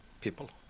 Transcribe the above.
people